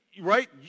right